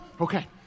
Okay